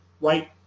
right